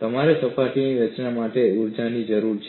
તમારે સપાટીની રચના માટે ઊર્જાની જરૂર છે